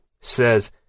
says